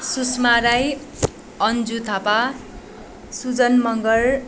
Sushma Rai Anju Thapa Sujan Magar